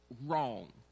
wrong